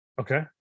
Okay